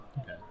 Okay